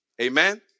Amen